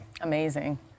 Amazing